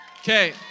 Okay